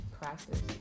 practice